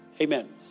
Amen